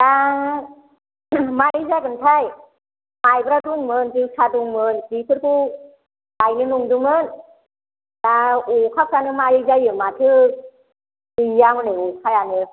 आं मारै जागोन्थाय माइब्रा दंमोन जोसा दंमोन बेफोरखौ गायनो नंदोंमोन दा अखाफ्रानो मारै जायो माथो गैया हनै अखायानो